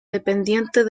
dependientes